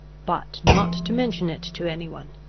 but not to mention it to any one.